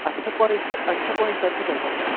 अठ पॉईंट अठ पॉईंट सठ टका साईं